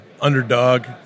underdog